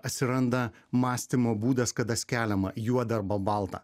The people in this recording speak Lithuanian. atsiranda mąstymo būdas kada keliama juoda arba balta